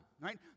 right